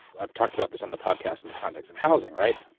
i've talked about this on the podcast in the context of housing, right.